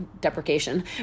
deprecation